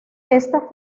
esta